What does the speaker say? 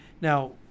now